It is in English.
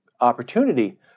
opportunity